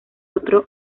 otro